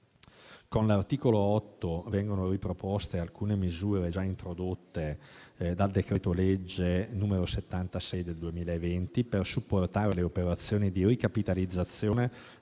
Con l'articolo 8 vengono riproposte alcune misure già introdotte dal decreto-legge n. 76 del 2020 per supportare le operazioni di ricapitalizzazione